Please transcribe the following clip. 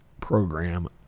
program